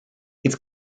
its